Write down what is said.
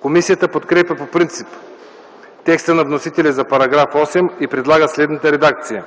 Комисията подкрепя по принцип текста на вносителя за § 8 и предлага следната редакция: